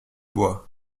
bois